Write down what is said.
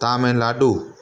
Tamil Nadu